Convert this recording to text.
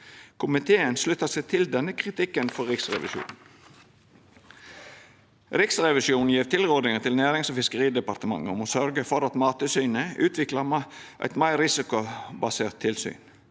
Komiteen sluttar seg til denne kritikken frå Riksrevisjonen. Riksrevisjonen gjev tilrådingar til Nærings- og fiskeridepartementet om å sørgja for at Mattilsynet utviklar eit meir risikobasert tilsyn: